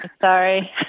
Sorry